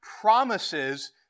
promises